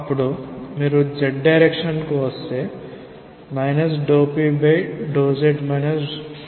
అప్పుడు మీరు z direction కు వస్తే ∂p∂z g0